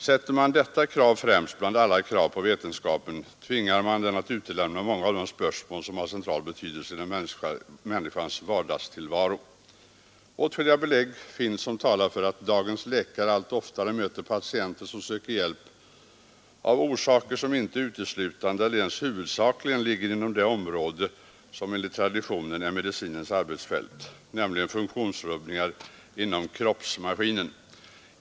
Sätter man detta krav främst bland alla krav på vetenskapen tvingar man den att utelämna många av de spörsmål som har central betydelse i en människas vardagstillvaro. Åtskilliga belägg finns som talar för att dagens läkare allt oftare möter patienter som söker hjälp av orsaker som inte uteslutande eller ens huvudsakligen ligger inom det område som enligt traditionen är medicinens arbetsfält, nämligen funktionsrubbningar inom kroppsmaskinen.